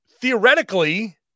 Theoretically